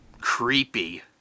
creepy